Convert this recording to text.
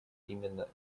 именно